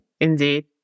Indeed